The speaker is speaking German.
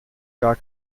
gar